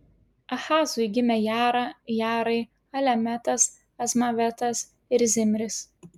ahazui gimė jara jarai alemetas azmavetas ir zimris